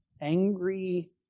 angry